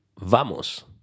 Vamos